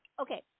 Okay